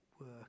work